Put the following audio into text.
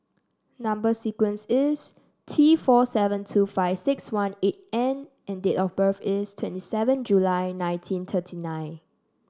number sequence is T four seven two five six one eight N and date of birth is twenty seven July nineteen thirty nine